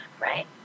right